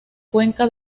cuenca